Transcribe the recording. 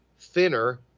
thinner